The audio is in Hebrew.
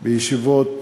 בישיבות